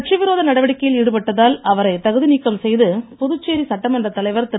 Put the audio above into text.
கட்சி விரோத நடவடிக்கையில் ஈடுபட்டதால் அவரை தகுதி நீக்கம் செய்து புதுச்சேரி சட்டமன்ற தலைவர் திரு